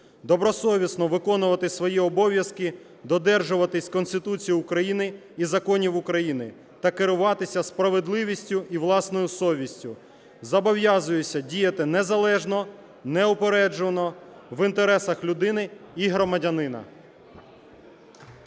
Добросовісно виконувати свої обов'язки, додержуватися Конституції України і законів України та керуватися справедливістю і власною совістю. Зобов'язуюся діяти незалежно, неупереджено в інтересах людини і громадянина.